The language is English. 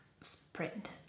sprint